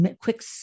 quick